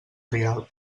rialb